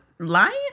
Lying